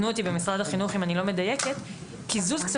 קיזוז כספים קיים בגין פעילויות ספציפיות.